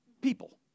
people